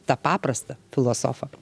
tą paprastą filosofą